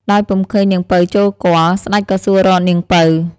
ដោយពុំឃើញនាងពៅចូលគាល់ ស្ដេចក៏សួររកនាងពៅ។